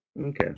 okay